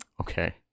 okay